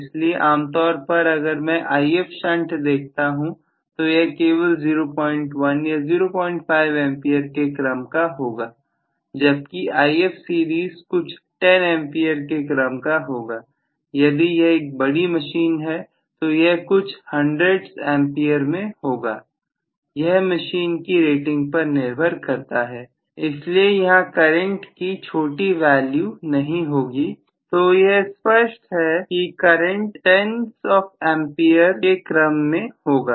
इसलिए आम तौर पर अगर मैं If शंट देखता हूं तो यह केवल 01 या 05 एम्पीयर के क्रम का होगा जबकि If series कुछ 10 एम्पीयर के क्रम का होगा यदि यह एक बड़ी मशीन तो यह कुछ 100's एम्पीयर में होगा यह मशीन की रेटिंग पर निर्भर करता है इसलिए यहां करंट की छोटी वैल्यू वाली नहीं होगी तो यह स्पष्ट है कि करंट 10s एम्पीयर के क्रम में होगा